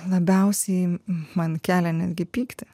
labiausiai man kelia netgi pyktį